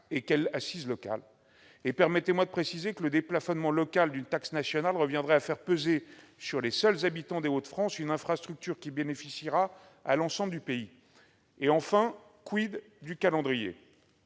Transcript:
et quelle assise locale ? Permettez-moi de préciser que le déplafonnement local d'une taxe nationale reviendrait à faire peser sur les seuls habitants des Hauts-de-France une infrastructure qui bénéficiera à l'ensemble du pays. Enfin, du calendrier ?